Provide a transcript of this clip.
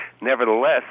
Nevertheless